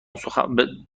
بسخن